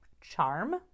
charm